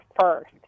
first